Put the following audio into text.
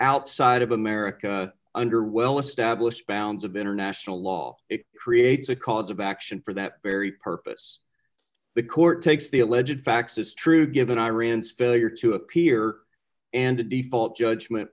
outside of america under well established bounds of international law it creates a cause of action for that very purpose the court takes the alleged facts as true given iran's failure to appear and the default judgment